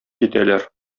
китәләр